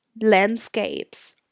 landscapes